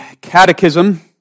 Catechism